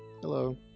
Hello